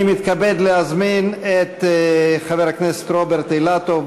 אני מתכבד להזמין את חבר הכנסת רוברט אילטוב,